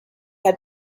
had